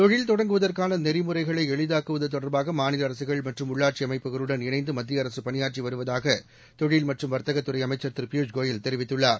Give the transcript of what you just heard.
தொழில் தொடங்குவதற்கானநெறிமுறைகளைஎளிதாக்குவதுதொடர்பாகமாநிலஅரசுகள் மற்றும் உள்ளாட்சிஅமைப்புகளுடன் இணைந்துமத்தியஅரசுபணியாற்றிவருவதாகதொழில் வர்த்தகத் துறைஅமைச்சர் திருபியூஷ் கோயல் தெரிவித்துள்ளார்